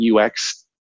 UX